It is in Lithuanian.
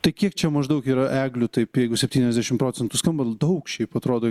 tai kiek čia maždaug yra eglių taip jeigu septyniasdešimt procentų skamba daug šiaip atrodo